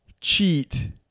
cheat